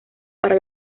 para